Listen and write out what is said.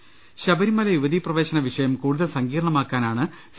ദൃശ ശബരിമല യൂവതി പ്രവേശന പ്രിഷയം കൂടുതൽ സങ്കീർണമാക്കാനാണ് സി